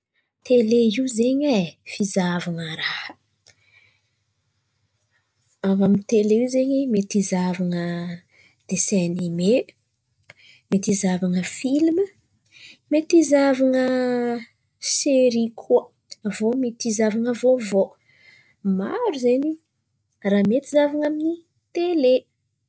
Tele io zen̈y ai fizahavan̈a raha. Amin'n̈y tele io zen̈y mety hizahavan̈a desin anime mety hizahavan filma mety hizahavan̈a seri koa. Avô mety hizahavana vaovao, maro zen̈y raha mety zahavan̈a amy ny tele.